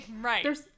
Right